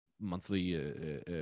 monthly